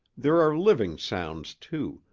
there are living sounds, too,